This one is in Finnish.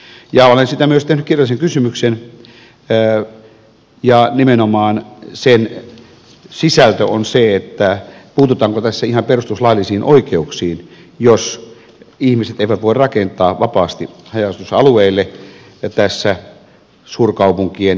olen siitä tehnyt myös kirjallisen kysymyksen ja sen sisältö on nimenomaan se että puututaanko tässä ihan perustuslaillisiin oikeuksiin jos ihmiset eivät voi rakentaa vapaasti haja asutusalueille ja suurkaupunkien liepeille